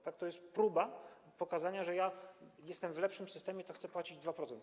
To jest próba pokazania, że jak jestem w lepszym systemie, to chcę płacić 2%.